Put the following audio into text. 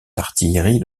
d’artillerie